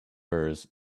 firs